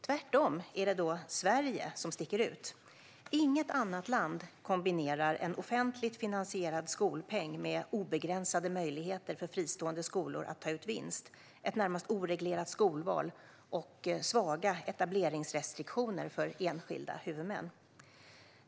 Tvärtom är det Sverige som sticker ut. Inget annat land kombinerar en offentligt finansierad skolpeng med obegränsade möjligheter för fristående skolor att ta ut vinst, ett närmast oreglerat skolval och svaga etableringsrestriktioner för enskilda huvudmän.